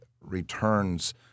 returns